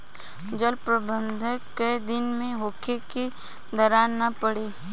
जल प्रबंधन केय दिन में होखे कि दरार न पड़ी?